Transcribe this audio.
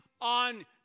on